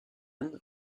anne